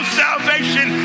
salvation